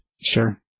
Sure